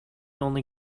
only